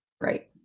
Right